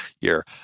year